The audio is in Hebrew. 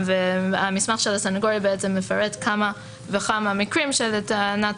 המסמך של הסנגוריה מפרט כמה וכמה מקרים שלטענת